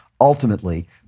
ultimately